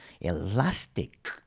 elastic